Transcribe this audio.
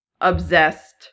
obsessed